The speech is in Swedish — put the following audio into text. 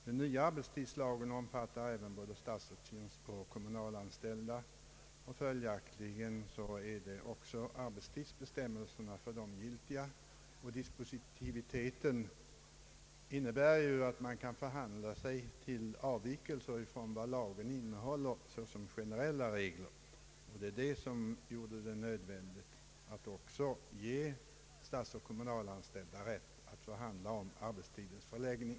Den nya arbetstidslagen omfattar både statsoch kommunalanställda, och följaktligen är också arbetstidsbestämmelserna giltiga för dem. Dispositiviteten innebär att man kan förhandla sig till avvikelser från vad lagen innehåller som generella regler, och det är detta som gjort det nödvändigt att också ge statsoch kommunalanställda rätt att förhandla om arbetstidens förläggning.